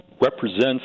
represents